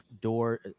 door